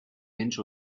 inch